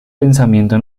pensamiento